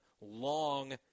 long